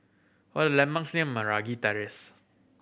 what the landmarks near Meragi Terrace